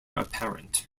apparent